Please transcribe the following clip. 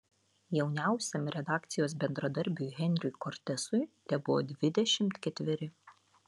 jauniausiam redakcijos bendradarbiui henriui kortesui tebuvo dvidešimt ketveri